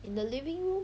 in the living room